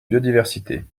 biodiversité